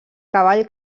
cavall